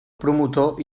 promotor